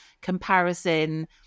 comparison